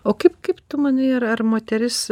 o kaip kaip tu manai ar ar moteris